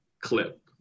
clip